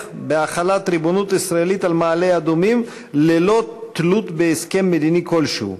בהחלת ריבונות ישראלית על מעלה-אדומים ללא תלות בהסכם מדיני כלשהו,